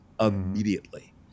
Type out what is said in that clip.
immediately